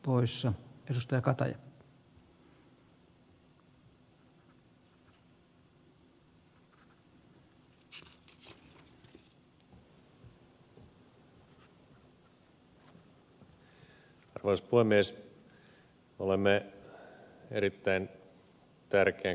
olemme erittäin tärkeän kysymyksen äärellä